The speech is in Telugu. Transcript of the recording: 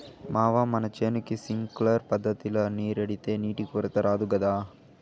మావా మన చేనుకి సింక్లర్ పద్ధతిల నీరెడితే నీటి కొరత రాదు గదా